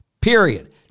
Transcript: period